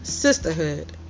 Sisterhood